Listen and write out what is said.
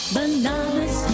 Bananas